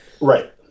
Right